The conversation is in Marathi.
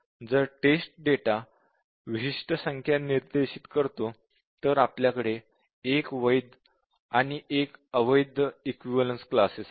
जर टेस्ट डेटा विशिष्ट संख्या निर्देशित करतो तर आपल्याकडे 1 वैध आणि 1 अवैध इक्विवलेन्स क्लासेस आहेत